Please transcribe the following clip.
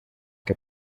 que